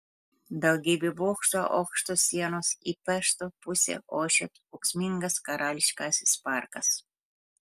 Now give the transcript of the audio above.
daugybė bokštų aukštos sienos į pešto pusę ošia ūksmingas karališkasis parkas